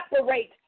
separate